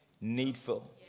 needful